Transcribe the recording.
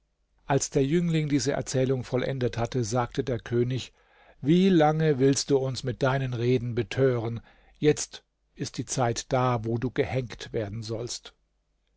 als der jüngling diese erzählung vollendet hatte sagte der könig wie lange willst du uns mit deinen reden betören jetzt ist die zeit da wo du gehängt werden sollst